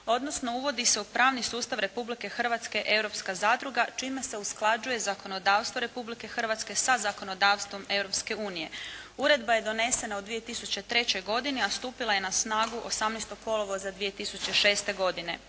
odnosno uvodi se u pravni sustav Republike Hrvatske europska zadruga čime se usklađuje zakonodavstvo Republike Hrvatske sa zakonodavstvom Europske unije. Uredba je donesena u 2003. godini, a stupila je na snagu 18. kolovoza 2006. godine.